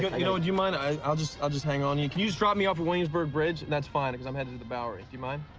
you know do you mind? i'll just i'll just hang onto you. can you just drop me off at williamsburg bridge? that's fine because i'm headed into the bowery. do you mind?